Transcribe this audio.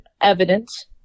evidence